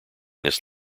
this